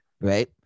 right